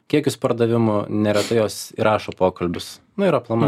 kiekius pardavimų neretai jos įrašo pokalbius na ir aplamai